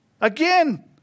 Again